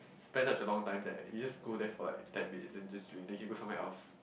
spend such a long time that you just go there for like ten minutes then just drink then can go somewhere else